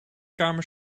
kamer